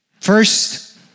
First